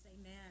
Amen